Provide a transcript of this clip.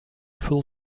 full